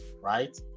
right